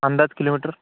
अंदाज किलोमीटर